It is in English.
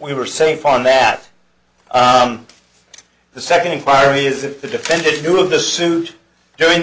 we were safe on that the second inquiry is if the defendant knew of the suit during